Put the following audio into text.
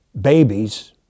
babies